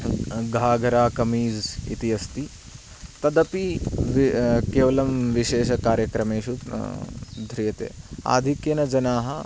घागरा कमीज़् इति अस्ति तदपि वि केवलं विशेषकार्यक्रमेषु ध्रियते आधिक्येन जनाः